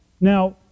Now